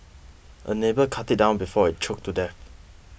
a neighbour cut it down before it choked to death